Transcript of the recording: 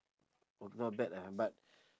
oh not bad ah but